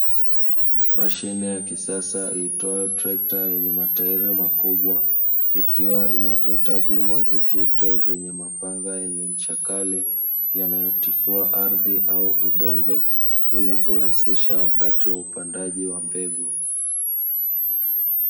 Mashine ya kisasa iitwayo trekta yenye matairi makubwa, ikiwa inavuta vyuma vizito vyenye mapanga yenye ncha kali yanayotifua ardhi au udongo ili kurahisisha wakati wa upandaji wa mbegu.